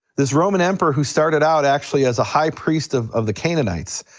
this roman emperor who started out actually as a high priest of of the canaanites,